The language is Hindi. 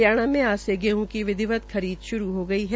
हरियाणा में आज गेहूं की विधिवत खरीद श्रू हो गई है